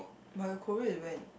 but your Korea is when